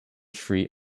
street